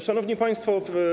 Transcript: Szanowni Państwo!